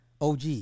OG